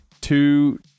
two